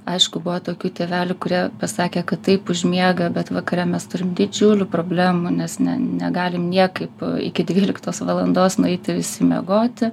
aišku buvo tokių tėvelių kurie pasakė kad taip užmiega bet vakare mes turim didžiulių problemų nes ne negalim niekaip iki dvyliktos valandos nueiti visi miegoti